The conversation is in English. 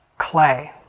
clay